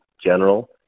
general